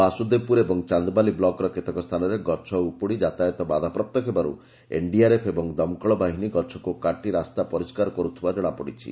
ବାସୁଦେବପୁର ଏବଂ ଚାନ୍ଦବାଲି ବ୍ଲକର କେତେକ ସ୍ତାନରେ ଗଛ ଉପୁଡ଼ି ଯାତାୟତ ବାଧାପ୍ରାପ୍ତ ହେବାରୁ ଏନ୍ଡିଆର୍ଏଫ୍ ଏବଂ ଦମକଳ ବାହିନୀ ଗଛକୁ କାଟି ରାସ୍ତା ପରିଷ୍କାର କରୁଥିବା ସୂଚନା ମିଳିଛି